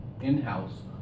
in-house